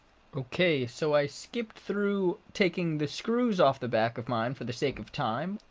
okay so i skipped through taking the screws off the back of mine for the sake of time.